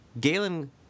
Galen